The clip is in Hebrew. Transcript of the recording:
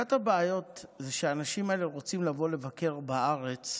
אחת הבעיות היא שהאנשים האלה רוצים לבוא ולבקר בארץ,